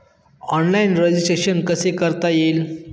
Online registration कसे करता येईल?